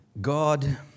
God